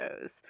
shows